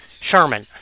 Sherman